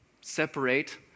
separate